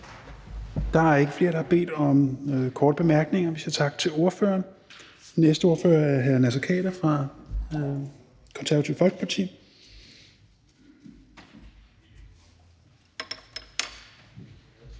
Der er ikke flere, der har bedt om korte bemærkninger, så vi siger tak til ordføreren. Den næste ordfører er hr. Naser Khader fra Det Konservative Folkeparti.